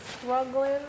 Struggling